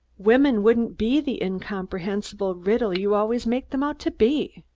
women wouldn't be the incomprehensible riddle you always make them out to be.